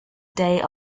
day